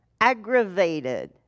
aggravated